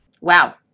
Wow